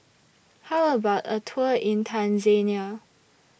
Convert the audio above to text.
How about A Tour in Tanzania